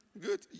Good